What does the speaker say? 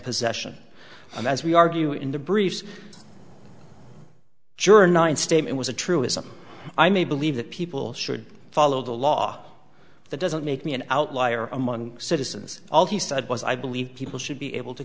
possession and as we argue in the briefs juror nine statement was a truism i may believe that people should follow the law that doesn't make me an outlier among citizens all he said was i believe people should be able to